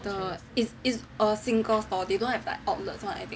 the is is a single store they don't have the outlets [one]